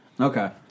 okay